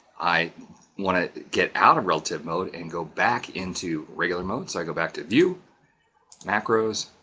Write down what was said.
i want to get out of relative mode and go back into regular mode. so i go back to view macros,